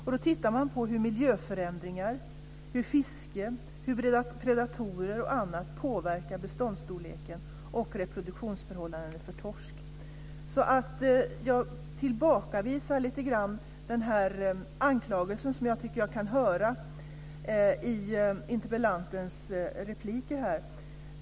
Man tittar på hur miljöförändringar, fisken, predatorer och annat påverkar beståndsstorleken och reproduktionsförhållandena för torsk. Jag tillbakavisar således lite grann den anklagelse som jag tycker mig kunna höra i interpellantens inlägg här.